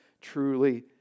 Truly